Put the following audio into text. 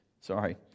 Sorry